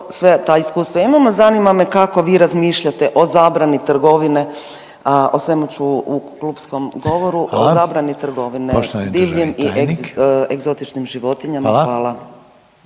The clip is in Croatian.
sve ta iskustva imamo. Zanima me kako vi razmišljate o zabrani trgovine, a o svemu ću u klupskom govoru o zabrani trgovine, divljim i egzotičnim životinjama. Hvala.